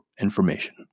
information